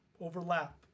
Overlap